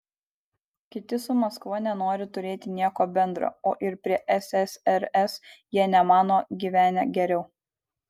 kiti su maskva nenori turėti nieko bendra o ir prie ssrs jie nemano gyvenę geriau